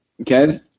Okay